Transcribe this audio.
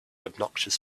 obnoxious